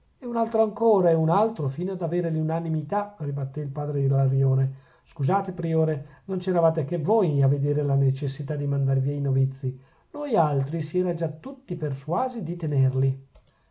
e un altro ancora e un altro fino ad avere l'unanimità ribattè il padre ilarione scusate priore non c'eravate che voi a vedere la necessità di mandar via i novizi noi altri si era già tutti persuasi di tenerli